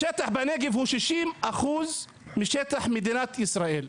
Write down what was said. השטח בנגב הוא 60% משטח מדינת ישראל.